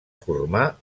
formar